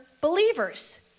believers